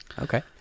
Okay